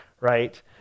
right